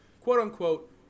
quote-unquote